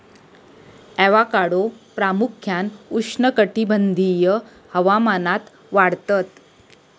avocado प्रामुख्यान उष्णकटिबंधीय हवामानात वाढतत